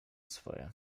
swoje